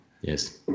yes